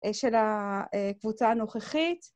של הקבוצה הנוכחית.